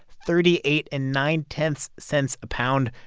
thirty eight and nine cents cents a pound,